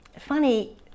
Funny